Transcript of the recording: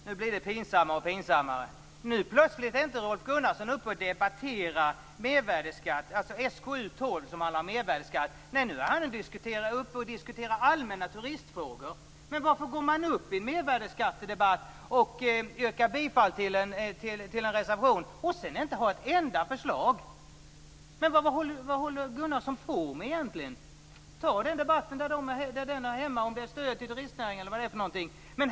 Herr talman! Nu blir det pinsammare och pinsammare. Nu plötsligt är inte Rolf Gunnarsson uppe och debatterar mervärdesskatt, dvs. SkU12 som handlar om mervärdesskatt. Nu är han uppe och diskuterar allmänna turistfrågor. Varför går man upp i en mervärdesskattedebatt och yrkar bifall till en reservation om man inte har ett enda förslag? Vad håller Gunnarsson på med egentligen? Ta den debatten där den hör hemma! Det kanske är stöd till turistnäringen eller något annat.